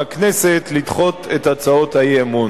מהכנסת לדחות את הצעות האי-אמון.